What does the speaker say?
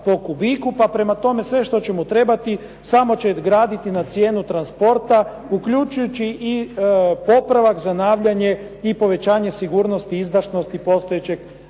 Pa prema tome, sve što će mu trebati samo će graditi na cijenu transporta, uključujući i popravak za …/Govornik se ne razumije./… i povećanje sigurnosti i izdašnosti postojećeg